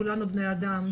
כולנו בני אדם,